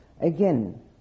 Again